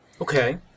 Okay